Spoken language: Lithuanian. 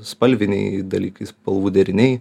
spalviniai dalykai spalvų deriniai